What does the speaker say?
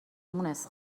مونس